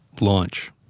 Launch